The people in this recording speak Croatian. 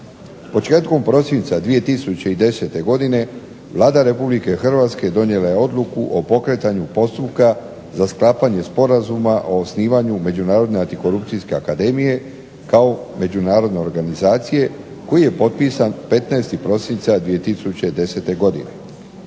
Početkom prosinca 2010. godine Vlada Republike Hrvatske donijela je odluku o pokretanju postupka za sklapanje Sporazuma o osnivanju Međunarodne antikorupcijske akademije kao međunarodne organizacije koji je potpisan 15. prosinca 2010. godine.